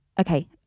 okay